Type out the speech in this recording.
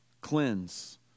Cleanse